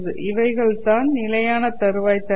இவைகள்தான் நிலையான தருவாய் தளங்கள்